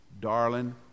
darling